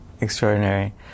Extraordinary